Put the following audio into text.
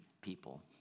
people